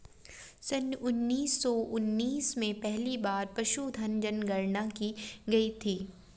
सन उन्नीस सौ उन्नीस में पहली बार पशुधन जनगणना की गई थी